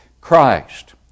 Christ